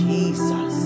Jesus